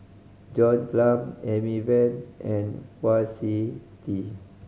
John Clang Amy Van and Kwa Siew Tee